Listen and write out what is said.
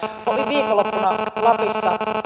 olin viikonloppuna lapissa